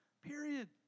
period